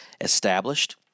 established